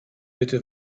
bitte